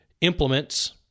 implements